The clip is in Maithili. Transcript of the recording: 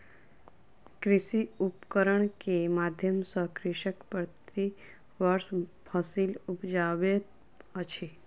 कृषि उपकरण के माध्यम सॅ कृषक प्रति वर्ष फसिल उपजाबैत अछि